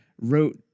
wrote